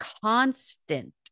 constant